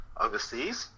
overseas